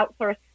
outsource